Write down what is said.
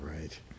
right